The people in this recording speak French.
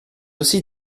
aussi